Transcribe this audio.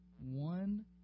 one